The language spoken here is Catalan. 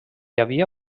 havia